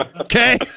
okay